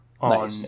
on